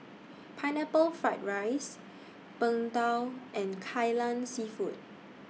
Pineapple Fried Rice Png Tao and Kai Lan Seafood